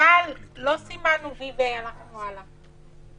אבל לא סימנו V והלכנו הלאה.